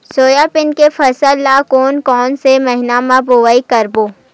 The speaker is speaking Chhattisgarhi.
सोयाबीन के फसल ल कोन कौन से महीना म बोआई करबो?